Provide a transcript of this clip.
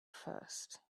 first